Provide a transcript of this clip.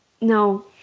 no